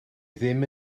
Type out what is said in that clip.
ddim